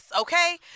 okay